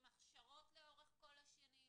עם הכשרות לאורך כל השנים,